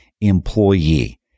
employee